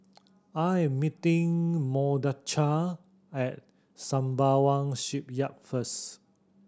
I am meeting Mordechai at Sembawang Shipyard first